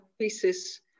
pieces